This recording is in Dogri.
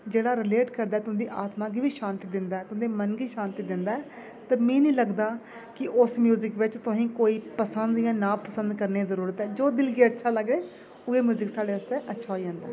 जेह्ड़े रिलेट करदा ऐ तुं'दी आत्मा गी बी शांति दिंदा तुं'दी मन गी शांति दिंदा ऐ ते मीं नेईं लगदा कि उस म्यूजिक बिच्च तुहें ई कोई पसंद जां ना पसंद करने दी जरूरत ऐ जो दिल गी अच्छा लग्गै उ'ऐ म्यूजिक साढ़े आस्तै अच्छा होई अंदा ऐ